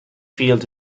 field